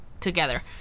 together